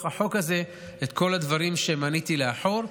החוק הזה את כל הדברים שמניתי לאחור,